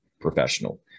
professional